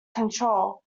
control